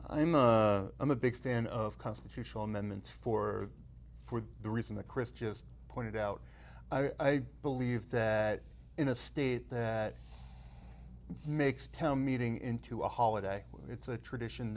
i'm a i'm a big fan of constitutional amendments for for the reason the chris just pointed out i believe that in a state that makes tell meeting into a holiday it's a tradition